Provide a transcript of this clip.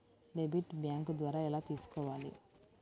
Debit bank ద్వారా ఎలా తీసుకోవాలి?